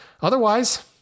Otherwise